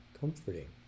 comforting